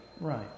Right